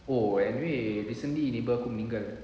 oh anyway recently neighbour aku meninggal